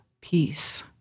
peace